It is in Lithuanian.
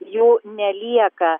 jų nelieka